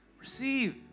receive